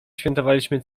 świętowaliśmy